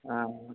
ఆ